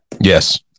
Yes